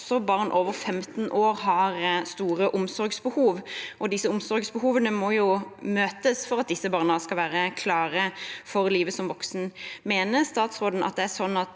også barn over 15 år har store omsorgsbehov. Disse omsorgsbehovene må møtes for at barna skal bli klare for livet som voksen. Mener statsråden at et ordinært